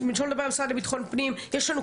שלא נדבר על המשרד לביטחון פנים.